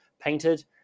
painted